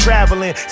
Traveling